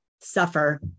suffer